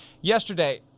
yesterday